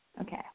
Okay